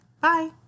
Bye